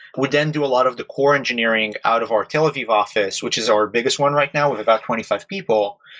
we then do a lot of the core engineering out of our tel aviv office, which is our biggest one right now with about twenty five people.